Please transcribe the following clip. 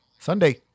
Sunday